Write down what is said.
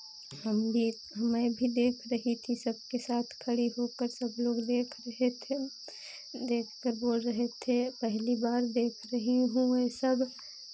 हम भी मैं भी देख रही थी सबके साथ खड़ी होकर सब लोग देख रहे थे देखकर बोल रहे थे पहली बार देख रही हूँ ये सब